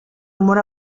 humor